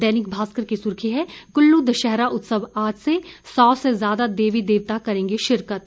दैनिक भास्कर की सुर्खी है कल्लू दशहरा उत्सव आज से सौ से ज्यादा देवी देवता करेंगे शिरकत